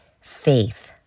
faith